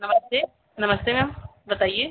नमस्ते नमस्ते मैम बताइए